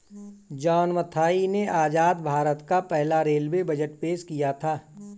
John Mathai ने आजाद भारत का पहला रेलवे बजट पेश किया था